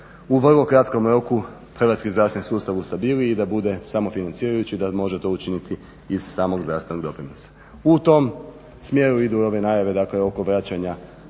u vrlo kratkom roku hrvatski zdravstveni sustav ustabili i da bude samo financirajući, da može to učiniti iz samog zdravstvenog doprinosa. U tom smjeru idu i ove najave, dakle oko vraćanja